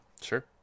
Sure